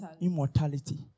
Immortality